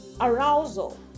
arousal